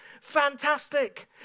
Fantastic